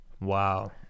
Wow